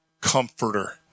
Comforter